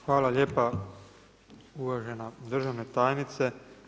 Hvala lijepa uvažena državna tajnice.